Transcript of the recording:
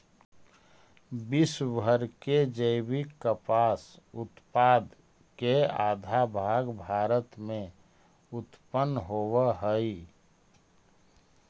विश्व भर के जैविक कपास उत्पाद के आधा भाग भारत में उत्पन होवऽ हई